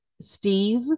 steve